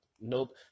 Nope